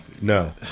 No